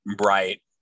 Right